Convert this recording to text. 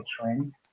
trend